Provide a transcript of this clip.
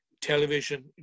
television